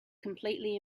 completely